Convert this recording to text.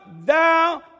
thou